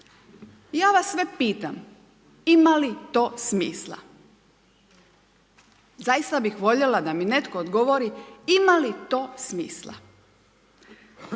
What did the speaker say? Ja vas sve pitam, ima li to smisla? Zaista bih voljela da mi netko odgovori ima li to smisla.